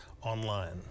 online